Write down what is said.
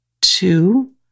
two